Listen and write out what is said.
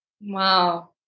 Wow